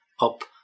up